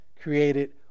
created